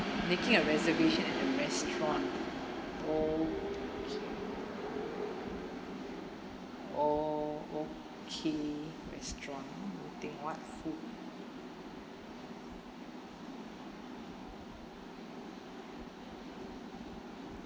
making a reservation at a restaurant okay oh okay restaurant let me think what food